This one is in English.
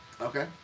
Okay